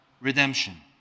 redemption